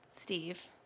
Steve